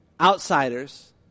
outsiders